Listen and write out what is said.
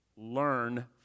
learn